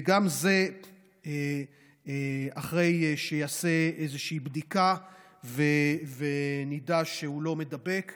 וגם זה אחרי שיעשה בדיקה ונדע שהוא לא מידבק,